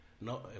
no